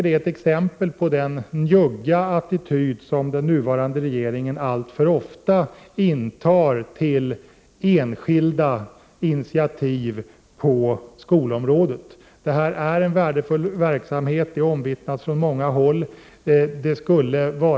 Det är ett exempel på den njugga attityd som den nuvarande regeringen alltför ofta intar till enskilda initiativ på skolområdet. Detta är en värdefull verksamhet. Det är omvittnat från många håll.